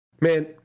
man